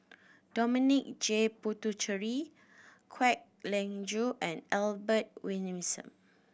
Dominic J Puthucheary Kwek Leng Joo and Albert